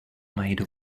made